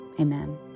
amen